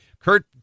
Kurt